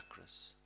chakras